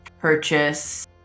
purchase